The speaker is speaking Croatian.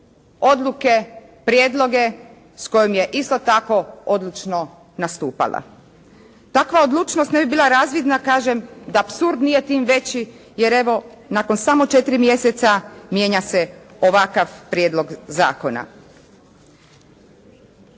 odluke, prijedloge s kojima je isto tako odlučno nastupala. Takva odlučnost ne bi bila razvidna kažem da apsurd nije tim veći jer evo nakon samo 4 mjeseca mijenja se ovakav prijedlog zakona.